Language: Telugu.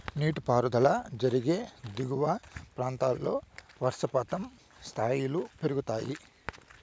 నీటిపారుదల జరిగే దిగువ ప్రాంతాల్లో వర్షపాతం స్థాయిలు పెరుగుతాయి